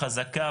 חזקה,